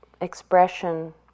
expression